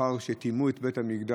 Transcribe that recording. לאחר שטימאו את בית המקדש